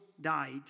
died